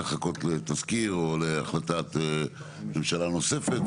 לחכות לתסקיר או החלטת ממשלה נוספת.